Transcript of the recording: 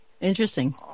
Interesting